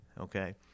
okay